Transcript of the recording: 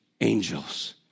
angels